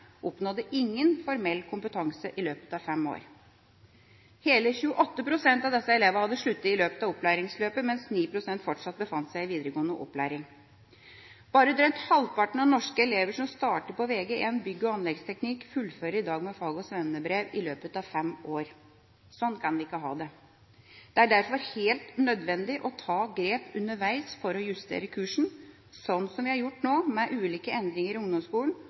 oppnådde ingen formell kompetanse i løpet av fem år. Hele 28 pst. av disse elevene hadde sluttet i løpet av opplæringsløpet, mens 9 pst. fortsatt befant seg i videregående opplæring. Bare drøyt halvparten av norske elever som starter på Vg1 bygg- og anleggsteknikk, fullfører i dag med fag- og svennebrev i løpet av fem år. Slik kan vi ikke ha det. Det er derfor helt nødvendig å ta grep underveis for å justere kursen, slik vi har gjort nå med ulike endringer i ungdomsskolen,